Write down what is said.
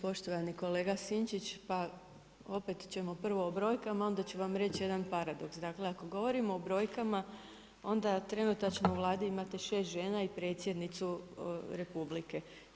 Poštovani kolega Sinčić, pa opet ćemo prvo o brojka, onda ću vam reći jedan paradoks, ako govorimo o brojkama, onda trenutačno u Vladi imate 6 žena i predsjednicu Republike.